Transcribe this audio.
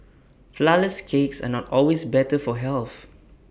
Flourless Cakes are not always better for health